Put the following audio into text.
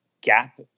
gap